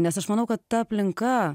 nes aš manau kad ta aplinka